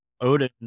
Odin